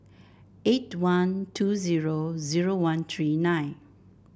eight one two zero zero one three nine